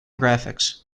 graphics